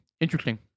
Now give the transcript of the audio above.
interesting